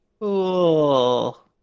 Cool